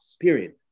period